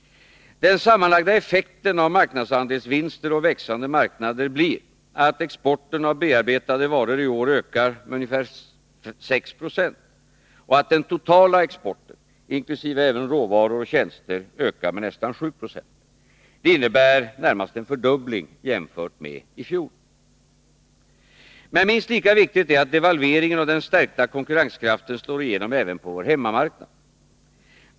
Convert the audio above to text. Den sammanlagda effekten av marknadsandelsvinster och växande marknader blir att exporten av bearbetade varor i år ökar med ca 6 90 och att den totala exporten — inkl. råvaror och tjänster — ökar med nästan 7 26. Detta innebär nästan en fördubbling jämfört med i fjol. Men minst lika viktigt är att devalveringen och den stärkta konkurrenskraften slår igenom även på vår hemmamarknad.